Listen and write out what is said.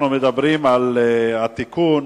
אנחנו מדברים על התיקון